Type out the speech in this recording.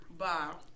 Wow